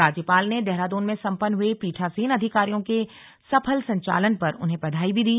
राज्यपाल ने देहरादून में संपन्न हुए पीठासीन अधिकारियों के सफल संचालन पर उन्हें बधाई भी दी